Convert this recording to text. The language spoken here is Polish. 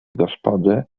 gospody